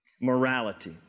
Morality